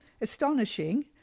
astonishing